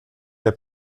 der